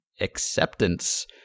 acceptance